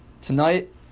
tonight